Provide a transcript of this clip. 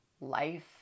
life